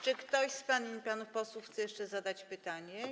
Czy ktoś z pań i panów posłów chce jeszcze zadać pytanie?